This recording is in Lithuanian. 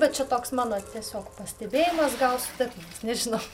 bet čia toks mano tiesiog pastebėjimas gal sutapimas nežinau